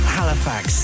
Halifax